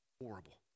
horrible